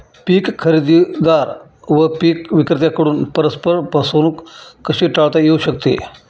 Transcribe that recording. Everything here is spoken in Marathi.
पीक खरेदीदार व पीक विक्रेत्यांकडून परस्पर फसवणूक कशी टाळता येऊ शकते?